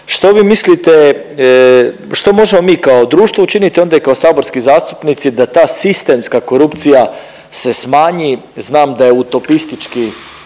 Što vi mislite što možemo mi kao društvo učiniti, onda i kao saborski zastupnici da ta sistemska korupcija se smanji. Znam da je utopistički